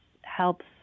helps